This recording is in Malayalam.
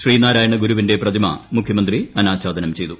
ശ്രീനാരായണഗുരുവിന്റെ പ്രതിമ മുഖ്യമന്ത്രി അനാച്ഛാദനം ചെയ്തു